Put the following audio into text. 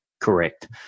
correct